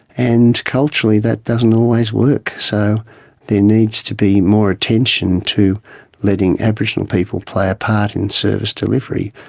and culturally that doesn't always work, so there needs to be more attention to letting aboriginal people play a part in service delivery,